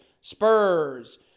Spurs